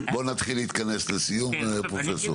בוא נתחיל להתכנס לסיום פרופסור.